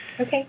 Okay